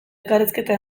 elkarrizketa